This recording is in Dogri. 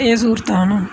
एह् स्हूलतां न हून